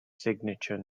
signature